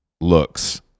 looks